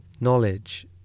knowledge